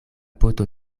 poto